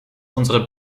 unsere